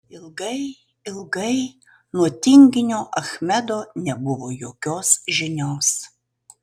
ilgai ilgai nuo tinginio achmedo nebuvo jokios žinios